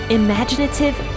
imaginative